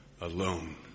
alone